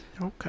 Okay